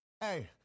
Hey